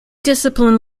discipline